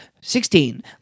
Sixteen